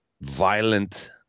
violent